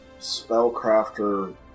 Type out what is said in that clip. spellcrafter